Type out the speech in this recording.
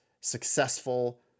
successful